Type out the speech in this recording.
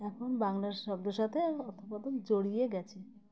এখন বাংলার শব্দের সাথে জড়িয়ে গেছে